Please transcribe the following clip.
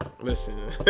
Listen